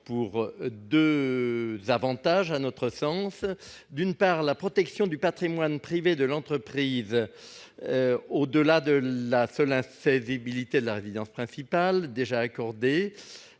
essentielles de l'EIRL. D'une part, la protection du patrimoine privé de l'entreprise au-delà de la seule insaisissabilité de la résidence principale, déjà accordée,